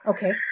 Okay